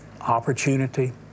opportunity